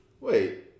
Wait